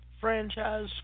franchise